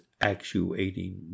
actuating